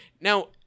Now